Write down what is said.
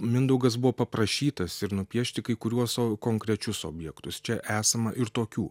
mindaugas buvo paprašytas ir nupiešti kai kuriuos konkrečius objektus čia esama ir tokių